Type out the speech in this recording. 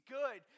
good